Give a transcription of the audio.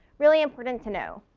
really important to know.